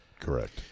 Correct